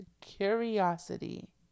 curiosity